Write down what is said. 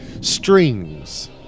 Strings